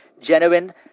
genuine